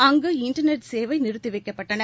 அங்கு இன்டர்நெட் சேவை நிறுத்தி வைக்கப்பட்டன